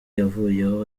yavuyeho